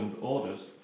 orders